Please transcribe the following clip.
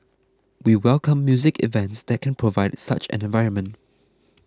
we welcome music events that can provide such an environment